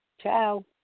Ciao